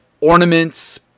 ornaments